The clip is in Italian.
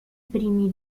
primi